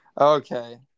Okay